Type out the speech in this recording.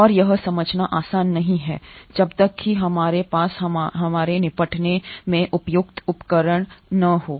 और यह समझना आसान नहीं है जब तक कि हमारे पास हमारे निपटान में उपयुक्त उपकरण न हों